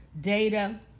data